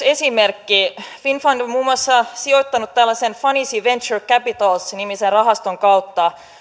esimerkki finnfund on muun muassa sijoittanut tällaisen fanisi venture capital nimisen rahaston kautta